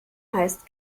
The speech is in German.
heißt